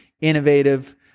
innovative